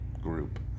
group